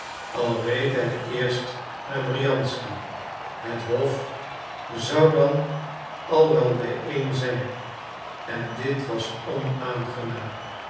al reed hij eerst naar briansky het hof zou dan al wel bijeen zijn en dit was onaangenaam